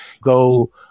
go